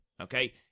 okay